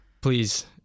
please